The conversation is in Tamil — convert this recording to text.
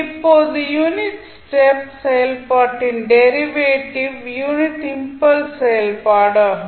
இப்போது யூனிட் ஸ்டெப் செயல்பாட்டின் டெரிவேட்டிவ் யூனிட் இம்பல்ஸ் செயல்பாடு ஆகும்